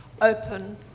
open